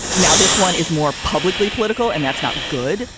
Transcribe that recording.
now, this one is more publicly political, and that's not good.